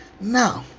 No